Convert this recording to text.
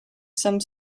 some